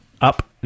up